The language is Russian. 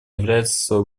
является